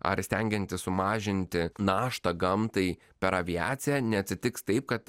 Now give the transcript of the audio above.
ar stengiantis sumažinti naštą gamtai per aviaciją neatsitiks taip kad